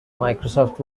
microsoft